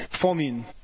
forming